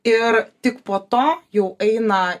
ir tik po to jau eina